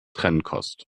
trennkost